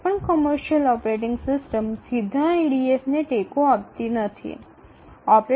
আসলে বাণিজ্যিক অপারেটিং সিস্টেমগুলির কোনও সরাসরি EDF সমর্থন করে না